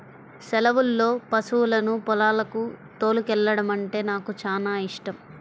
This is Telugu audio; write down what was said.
సెలవుల్లో పశువులను పొలాలకు తోలుకెల్లడమంటే నాకు చానా యిష్టం